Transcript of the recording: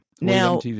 Now